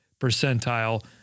percentile